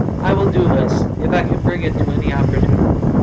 i will do this, if i can bring it to any opportunity.